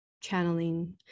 channeling